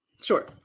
Sure